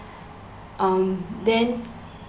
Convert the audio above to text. um then